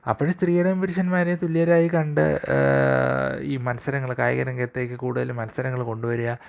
അപ്പഴ് സ്ത്രീകളെയും പുരുഷന്മാരെയും തുല്യരായി കണ്ട് ഈ മത്സരങ്ങള് കായികരംഗത്തേക്ക് കൂടുതല് മത്സരങ്ങള് കൊണ്ടുവരിക